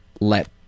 let